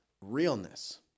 realness